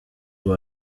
who